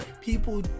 people